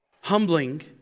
humbling